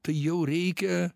tai jau reikia